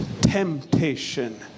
temptation